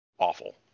awful